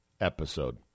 episode